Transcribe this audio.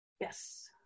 Yes